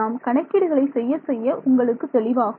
நாம் கணக்கீடுகளை செய்ய செய்ய உங்களுக்கு தெளிவாகும்